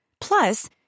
Plus